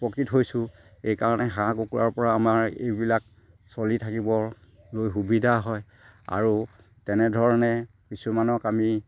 উপকৃত হৈছোঁ এইকাৰণে হাঁহ কুকুৰাৰ পৰা আমাৰ এইবিলাক চলি থাকিবলৈ সুবিধা হয় আৰু তেনেধৰণে কিছুমানক আমি